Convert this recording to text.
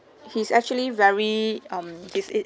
he's actually very um he's it